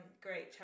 great